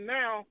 now